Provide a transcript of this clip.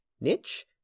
niche